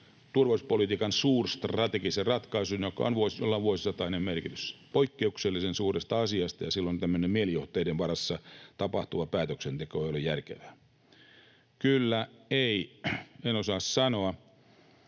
turvallisuuspolitiikan suurstrategisen ratkaisun, jolla on vuosisatainen merkitys, poikkeuksellisen suuresta asiasta, ja silloin tämmöinen mielijohteiden varassa tapahtuva päätöksenteko ei ole järkevää. ”Kyllä, ei, en osaa sanoa”